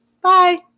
Bye